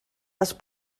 les